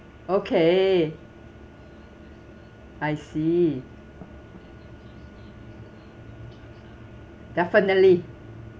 okay I see definitely